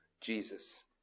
Jesus